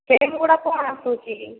frame ଗୁଡ଼ା କ'ଣ ଆସୁଛି